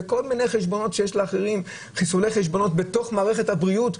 וכל מיני חיסולי חשבונות שיש בתוך מערכת הבריאות,